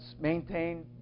maintained